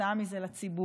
וכתוצאה מזה לציבור,